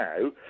now